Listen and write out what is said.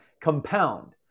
compound